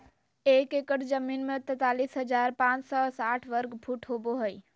एक एकड़ जमीन में तैंतालीस हजार पांच सौ साठ वर्ग फुट होबो हइ